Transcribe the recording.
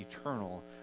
eternal